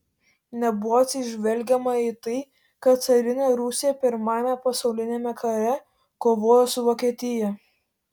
nebuvo atsižvelgiama į tai kad carinė rusija pirmajame pasauliniame kare kovojo su vokietija